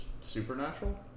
Supernatural